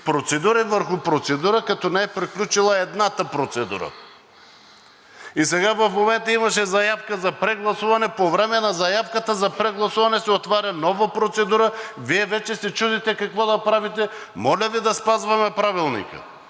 процедура върху процедура, като не е приключила едната процедура. Сега в момента имаше заявка за прегласуване. По време на заявката за прегласуване се отваря нова процедура, Вие вече се чудите какво да правите. Моля Ви да спазваме Правилника!